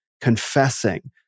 confessing